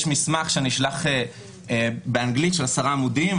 יש מסמך שנשלח באנגלית, עשרה עמודים.